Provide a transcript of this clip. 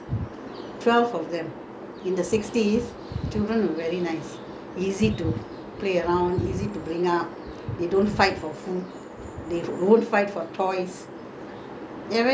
all of them were such a you know one dozen you know in the same house twelve of them in the sixties children were very nice easy to play along easy to bring up they don't fight for food